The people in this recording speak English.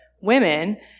women